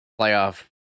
playoff